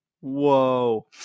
whoa